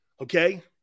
Okay